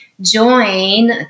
join